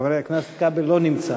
חבר הכנסת כבל לא נמצא.